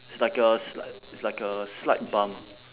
it's like a sli~ it's like a slight bump